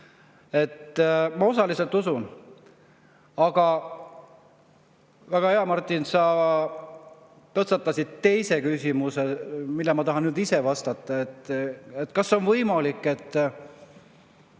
Ma osaliselt usun. Aga väga hea, Martin, et sa tõstatasid teise küsimuse, millele ma tahan nüüd vastata. Kas on võimalik, et